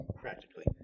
practically